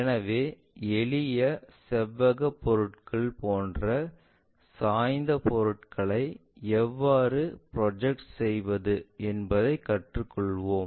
எனவே எளிய செவ்வக பொருள்கள் போன்ற சாய்ந்த பொருள்களை எவ்வாறு ப்ரொஜெக்ட் செய்வது என்பதைக் கற்றுக்கொள்வோம்